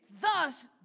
Thus